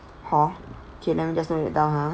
hor okay then just note that down ha